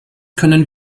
können